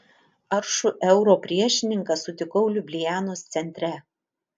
aršų euro priešininką sutikau liublianos centre